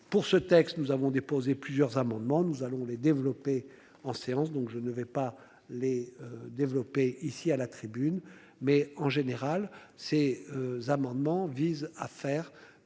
pour ce texte, nous avons déposé plusieurs amendements, nous allons les développer en séance, donc je ne vais pas les développer ici, à la tribune mais en général ces amendements visent à faire